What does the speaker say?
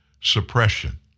suppression